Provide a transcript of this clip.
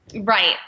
right